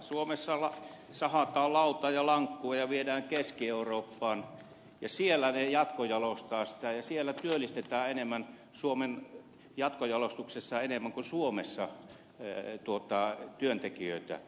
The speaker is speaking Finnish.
suomessa sahataan lautaa ja lankkua ja viedään keski eurooppaan ja siellä ne jatkojalostetaan ja siellä työllistetään jatkojalostuksessa enemmän kuin suomessa työntekijöitä